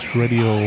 radio